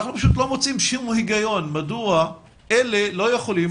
אנחנו פשוט לא מוצאים שום היגיון מדוע אלה לא יכולים